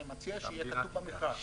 אני מציע שיהיה כתוב במכרז,